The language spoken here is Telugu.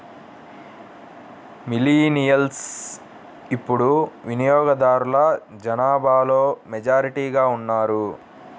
మిలీనియల్స్ ఇప్పుడు వినియోగదారుల జనాభాలో మెజారిటీగా ఉన్నారు